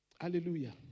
Hallelujah